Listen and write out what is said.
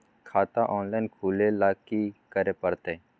खाता ऑनलाइन खुले ल की करे परतै?